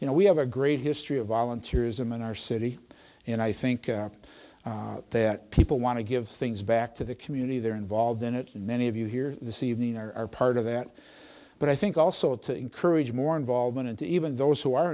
you know we have a great history of volunteers i'm in our city and i think that people want to give things back to the community they're involved in it and many of you here this evening are part of that but i think also to encourage more involvement and even those who are